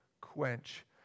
quench